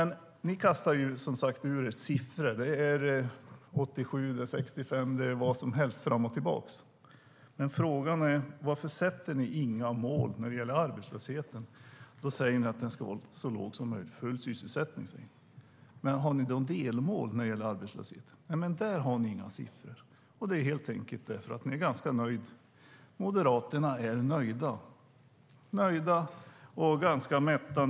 Ni kastar som sagt ur er siffror. Det är 87, 65 och vad som helst fram och tillbaka. Frågan är: Varför sätter ni inga mål när det gäller arbetslösheten? Då säger ni att den ska vara så låg som möjligt och att det ska vara full sysselsättning. Men har ni ett delmål när det gäller arbetslöshet? Där har ni inga siffror. Det är helt enkelt för att ni är ganska nöjda. Moderaterna är nöjda och nu ganska mätta.